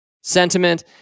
sentiment